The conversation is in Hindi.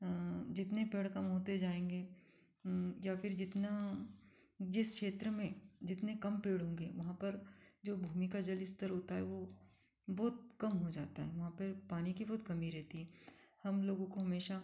जितने पेड़ काम होते जाएँगे या फिर जितना जिस क्षेत्र में जितने कम पेड़ होंगे वहाँ पर जो भूमि का जल स्तर होता है वो बहुत कम हो जाता है वहाँ पर पानी की बहुत कमी रहती है हम लोगों को हमेशा